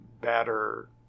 better